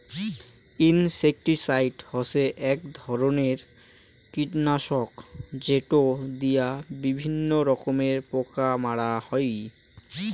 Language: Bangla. ইনসেক্টিসাইড হসে এক ধরণের কীটনাশক যেটো দিয়া বিভিন্ন রকমের পোকা মারা হই